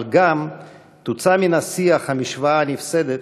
אבל גם תוצא מן השיח המשוואה הנפסדת